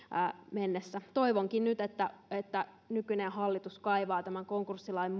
mennessä toivonkin nyt että että nykyinen hallitus kaivaa tämän konkurssilain